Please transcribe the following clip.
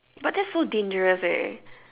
but that's so dangerous eh